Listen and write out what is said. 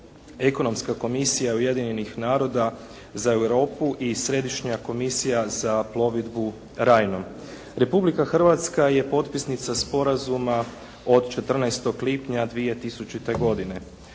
Ekonomska komisija Ujedinjenih naroda za Europu i Središnja komisija za plovidbu Rajnom. Republika Hrvatska je potpisnica sporazuma od 14. lipnja 2000. godine.